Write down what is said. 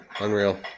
unreal